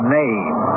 name